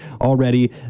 already